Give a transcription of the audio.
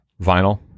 vinyl